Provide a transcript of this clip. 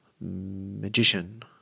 magician